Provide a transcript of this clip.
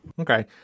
okay